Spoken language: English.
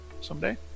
someday